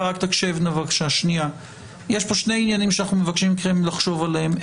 יש פה שני עניינים שאנחנו מבקשים מכם לחשוב עליהם: